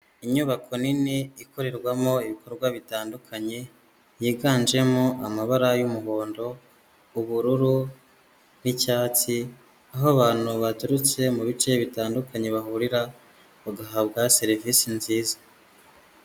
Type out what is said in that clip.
Inyubako nini ikorerwamo ibikorwa bitandukanye, yiganjemo amabara y'umuhondo, ubururu n'icyatsi, aho abantu baturutse mu bice bitandukanye bahurira bagahabwa serivisi nziza.